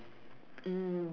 um